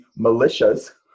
militias